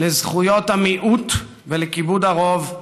לזכויות המיעוט ולכיבוד הרוב,